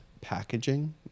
packaging